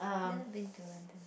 never been to London